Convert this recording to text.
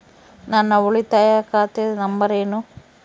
ನನ್ನ ಉಳಿತಾಯ ಖಾತೆ ನಂಬರ್ ಏನು?